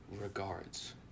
regards